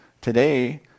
today